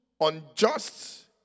unjust